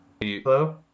hello